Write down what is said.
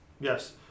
Yes